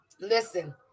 listen